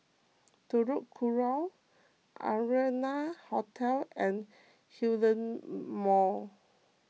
Telok Kurau Arianna Hotel and Hillion Mall